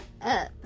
up